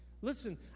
Listen